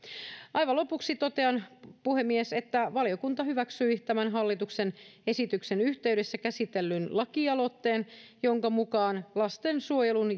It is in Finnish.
aivan lopuksi totean puhemies että valiokunta hyväksyi tämän hallituksen esityksen yhteydessä käsitellyn lakialoitteen jonka mukaan lastensuojelun